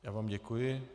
Já vám děkuji.